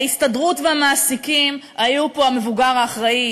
ההסתדרות והמעסיקים היו פה המבוגר האחראי,